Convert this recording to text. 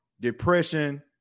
depression